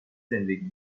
زندگی